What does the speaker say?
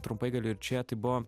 trumpai galiu ir čia tai buvo